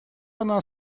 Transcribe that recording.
она